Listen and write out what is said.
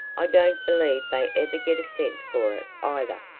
i don't believe they ever get a cent for either.